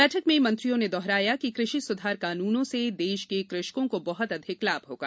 बैठक में मंत्रियों ने दोहराया कि कृषि स्धार कानूनों से देश के कृषकों को बहत अधिक लाभ होगा